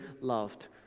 loved